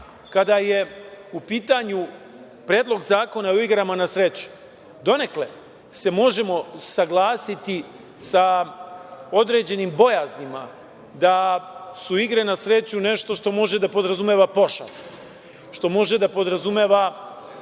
kada je u pitanju Predlog zakona o igrama na sreću, donekle se možemo saglasiti sa određenim bojaznima da su igre na sreću nešto što može da podrazumeva pošast, što može da podrazumeva